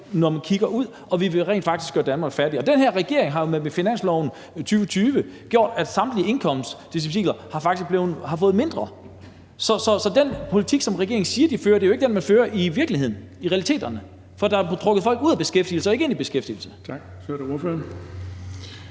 at overhale os, og vi vil rent faktisk gøre Danmark fattigere. Den her regering har jo med finansloven 2020 gjort, at samtlige indkomstgrupper har fået mindre. Så den politik, som regeringen siger den fører, er jo ikke den, man fører i virkeligheden, i realiteten, for der er blevet trukket folk ud af beskæftigelse og ikke ind i beskæftigelse. Kl. 16:59 Den fg.